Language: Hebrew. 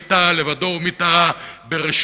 מי טעה לבדו ומי טעה ברשות,